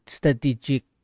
strategic